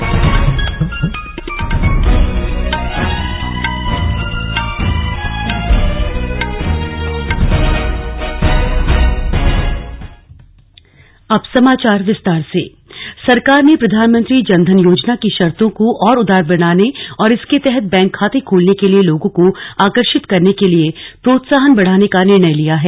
slug Jan Dhan Yojana सरकार ने प्रधानमंत्री जन धन योजना की शर्तों को और उदार बनाने और इसके तहत बैंक खाते खोलने के लिए लोगों को आकर्शित करने के लिए प्रोत्साहन बढ़ाने का निर्णय लिया है